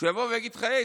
שיבוא ויגיד לך: הי,